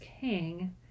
king